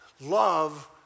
Love